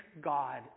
God